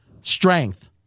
strength